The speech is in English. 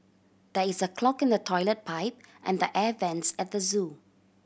there is a clog in the toilet pipe and the air vents at the zoo